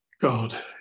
god